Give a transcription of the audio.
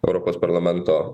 europos parlamento